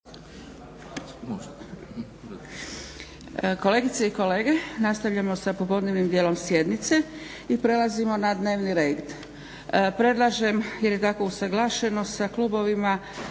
Kolegice i kolege, nastavljamo sa popodnevnim dijelom sjednice i prelazimo na dnevni red. Predlažem jer je tako usaglašeno sa klubovima